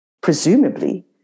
Presumably